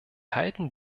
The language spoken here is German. halten